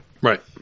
right